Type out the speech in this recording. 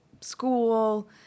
school